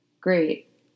Great